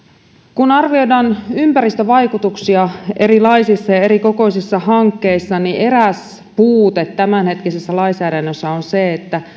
kun arvioidaan ympäristövaikutuksia erilaisissa ja erikokoisissa hankkeissa niin eräs puute tämänhetkisessä lainsäädännössä on se että